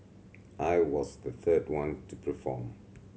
I was the third one to perform